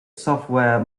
software